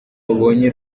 babonye